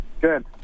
good